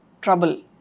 trouble